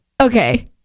Okay